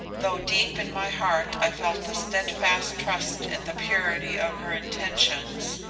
though deep in my heart i felt a steadfast trust in the purity of her intentions,